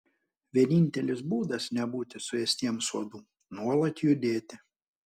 vienintelis būdas nebūti suėstiems uodų nuolat judėti